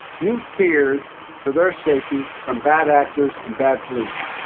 you feared for their safety from bad actors and bad police.